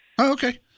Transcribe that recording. Okay